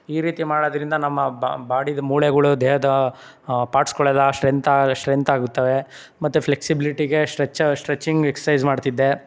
ಈ ರೀತಿ ಮಾಡೋದ್ರಿಂದ ನಮ್ಮ ಬಾ ಬಾಡಿದು ಮೂಳೆಗಳು ದೇಹದ ಪಾರ್ಟ್ಸ್ಗಳೆಲ್ಲ ಸ್ಟ್ರೆಂತ್ ಸ್ಟ್ರೆಂತ್ ಆಗುತ್ತವೆ ಮತ್ತು ಫ್ಲೆಕ್ಸಿಬ್ಲಿಟಿಗೆ ಸ್ಟ್ರೆಚ್ ಸ್ಟ್ರೆಚಿಂಗ್ ಎಕ್ಸೈಸ್ ಮಾಡ್ತಿದ್ದೆ